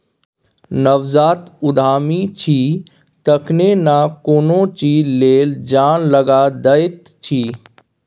नवजात उद्यमी छी तखने न कोनो चीज लेल जान लगा दैत छी